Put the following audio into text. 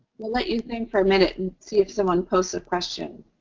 we'll let you think for a minute and see if someone posts a question.